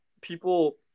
people